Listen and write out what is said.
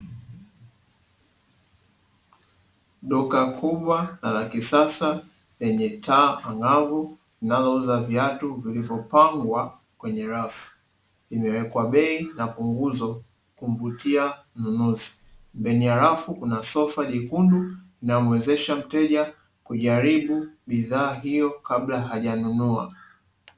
Duka kubwa na la kisasa lenye taa ang’avu linalouza viatu vilivyopangwa kwenye rafu, zimewekwa bei za punguzo kumvutia munuzi, pembeni ya rafu kuna sofa jekundu linalo linalomuwezesha mteja kujaribu bidhaa hiyo kabla hajanunua.